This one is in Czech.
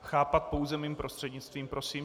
Chápat pouze mým prostřednictvím prosím.